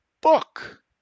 book